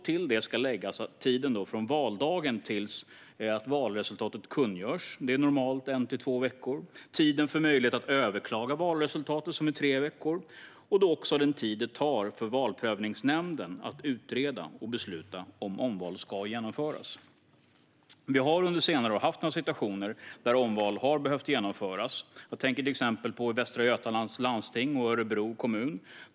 Till det ska läggas tiden från valdagen tills valresultatet kungörs, normalt en till två veckor, tiden för möjlighet att överklaga valresultatet som är tre veckor och också den tid det tar för Valprövningsnämnden att utreda och besluta att omval ska genomföras. Vi har under senare år haft några situationer där omval har behövt genomföras. Jag tänker till exempel på Västra Götalands landsting och i Örebro kommun.